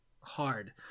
hard